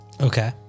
Okay